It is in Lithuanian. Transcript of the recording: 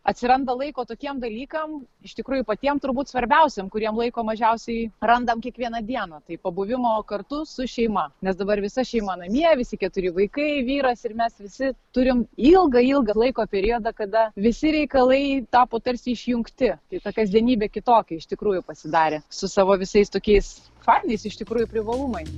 atsiranda laiko tokiem dalykam iš tikrųjų patiem turbūt svarbiausiem kuriem laiko mažiausiai randam kiekvieną dieną tai pabuvimo kartu su šeima nes dabar visa šeima namie visi keturi vaikai vyras ir mes visi turim ilgą ilgą laiko periodą kada visi reikalai tapo tarsi išjungti tai ta kasdienybė kitokia iš tikrųjų pasidarė su savo visais tokiais fainais iš tikrųjų privalumai